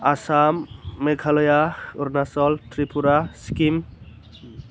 Assam Meghalaya Arunachal Tripura Sikkim